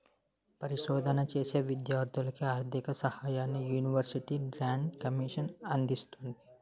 పరిశోధన చేసే విద్యార్ధులకు ఆర్ధిక సహాయాన్ని యూనివర్సిటీ గ్రాంట్స్ కమిషన్ అందిస్తుంది